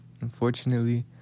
Unfortunately